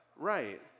Right